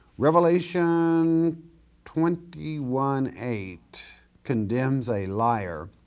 revelation twenty one eight condemns a liar,